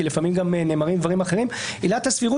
כי לפעמים גם נאמרים דברים אחרים עילת הסבירות